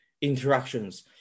interactions